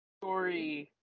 story